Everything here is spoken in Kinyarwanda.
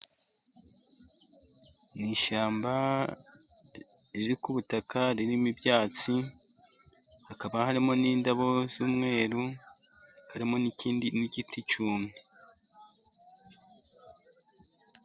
Ni ishyamba riri ku butaka ririmo ibyatsi, hakaba harimo n'indabo z'umweru, harimo n'ikindi n'igiti cyumye.